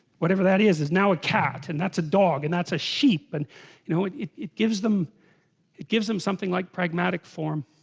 whatever that is is now a cat and that's dog and that's a sheep and you know it it gives them it gives them something like pragmatic form